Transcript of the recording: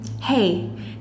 Hey